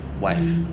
wife